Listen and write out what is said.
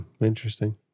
Interesting